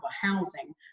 housing